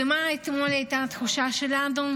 ומה הייתה התחושה שלנו אתמול?